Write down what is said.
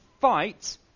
fight